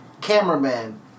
cameraman